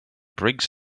briggs